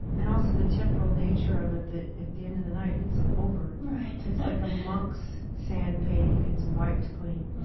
and also the temporal nature of it that at the end of the night it's over right it's like a monk's sand painting, it's wiped clean.